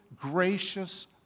gracious